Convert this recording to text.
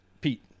Pete